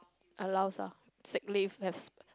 allows lah sick leave yes